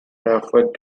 referred